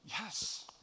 Yes